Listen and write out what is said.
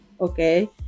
Okay